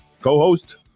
Co-host